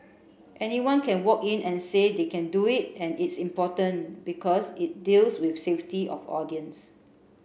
anyone can walk in and say they can do it and it's important because it deals with safety of audience